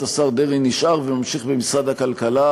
את השר דרעי נשאר וממשיך במשרד הכלכלה,